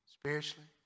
spiritually